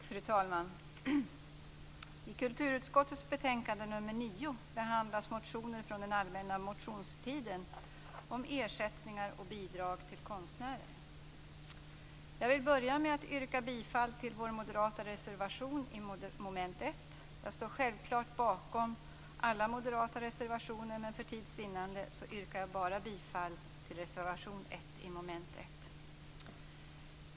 Fru talman! I kulturutskottets betänkande nr 9 behandlas motioner från den allmänna motionstiden om ersättningar och bidrag till konstnärer. Jag vill börja med att yrka bifall till vår moderata reservation under mom. 1. Jag står självklart bakom alla moderata reservationer, men för tids vinnande yrkar jag bifall bara till reservation 1 under mom. 1.